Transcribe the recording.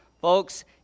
Folks